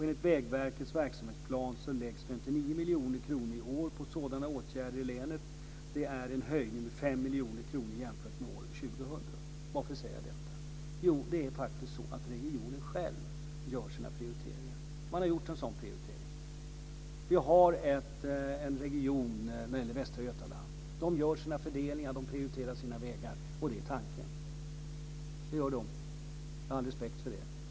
Enligt Vägverkets verksamhetsplan läggs 59 miljoner kronor i år på sådana åtgärder i länet. Det är en höjning med 5 miljoner kronor jämfört med år 2000. Varför säger jag detta? Jo, det är faktiskt så att regionen själv gör sina prioriteringar. Man har gjort en sådan prioritering. Västra Götaland gör sina fördelningar och prioriterar sina vägar, och det är tanken. Det gör man, och jag har all respekt för det.